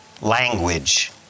language